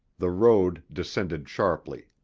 the road descended sharply.